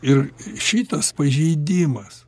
ir šitas pažeidimas